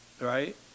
right